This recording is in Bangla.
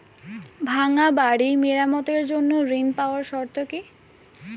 ভাঙ্গা বাড়ি মেরামতের জন্য ঋণ পাওয়ার শর্ত কি?